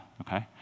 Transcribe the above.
okay